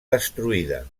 destruïda